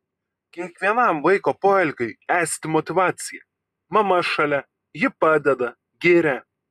kiekvienam vaiko poelgiui esti motyvacija mama šalia ji padeda giria